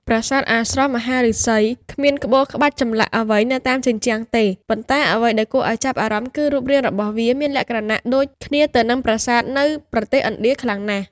ប្រាសាទអាស្រមមហាឫសី គ្មានក្បូរក្បាច់ចម្លាក់អ្វីនៅតាមជញ្ជាំងទេ ប៉ុន្តែអ្វីដែលគួរឱ្យចាប់អារម្មណ៍គឺរូបរាងរបស់វាមានលក្ខណៈដូចគ្នាទៅនឹងប្រាសាទនៅប្រទេសឥណ្ឌាខ្លាំងណាស់។